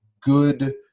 good